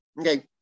Okay